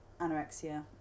anorexia